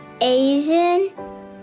Asian